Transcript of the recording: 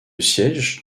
siège